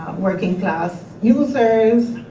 working class users,